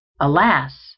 Alas